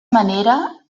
manera